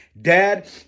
dad